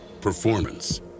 Performance